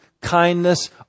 kindness